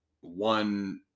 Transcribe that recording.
one